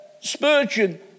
Spurgeon